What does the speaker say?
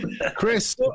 Chris